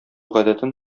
гадәтен